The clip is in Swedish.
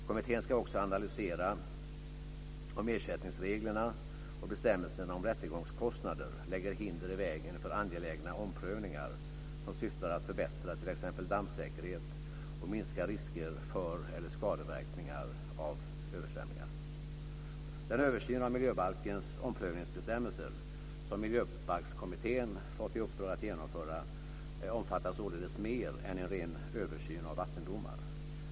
Kommittén ska också analysera om ersättningsreglerna och bestämmelserna om rättegångskostnader lägger hinder i vägen för angelägna omprövningar som syftar till att förbättra t.ex. dammsäkerhet och minska risker för eller skadeverkningar av översvämningar. Den översyn av miljöbalkens omprövningsbestämmelser som Miljöbalkskommittén fått i uppdrag att genomföra omfattar således mer än en ren översyn av vattendomar.